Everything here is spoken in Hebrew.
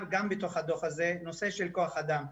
גם מתוך הדוח הזה היא נושא של כוח אדם.